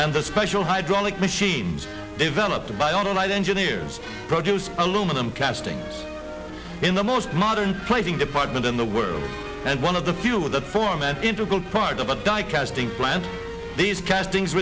and the special hydraulic machines developed by own either engineers produced aluminum casting in the most modern plating department in the world and one of the few that form an integral part of a diet casting plant these castings